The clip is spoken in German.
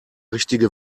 richtige